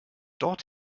dort